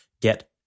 get